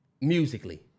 musically